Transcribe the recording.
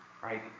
right